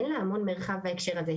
אין לה המון מרחב בהקשר הזה,